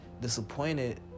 disappointed